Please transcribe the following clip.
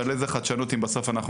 אבל איזו חדשנות זאת אם בסוף אנחנו